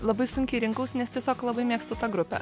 labai sunkiai rinkausi nes tiesiog labai mėgstu tą grupę